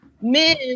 men